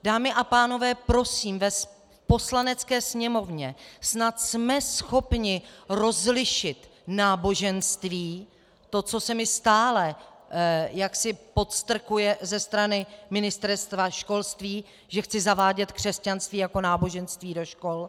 Dámy a pánové, prosím, v Poslanecké sněmovně jsme snad schopni rozlišit náboženství, to, co se mi stále jaksi podstrkuje ze strany Ministerstva školství, že chci zavádět křesťanství jako náboženství do škol.